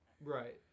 Right